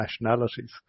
nationalities